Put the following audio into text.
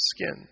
skin